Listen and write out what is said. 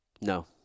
No